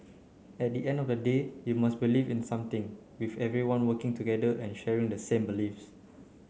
at the end of the day you must believe in something with everyone working together and sharing the same beliefs